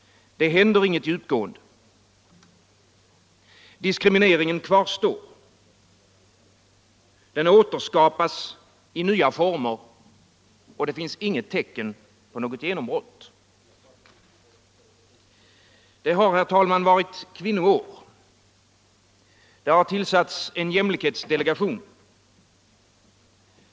Det händer inget djupgående. Diskrimineringen kvarstår. Den återskapas i nya former. Det finns inget tecken på något genombrott. Det har, herr talman, varit kvinnoår. Det har tillsatts en jämlikhetsdelegation.